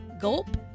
Gulp